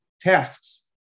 tasks